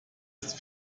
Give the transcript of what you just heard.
ist